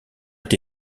est